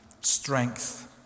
strength